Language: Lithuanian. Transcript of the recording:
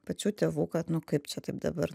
pačių tėvų kad nu kaip čia taip dabar